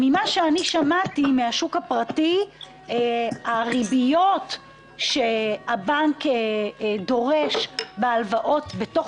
שמעתי מהשוק ה פרטי שהריביות שהבנק דורש בהלוואות בתוך